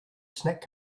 snack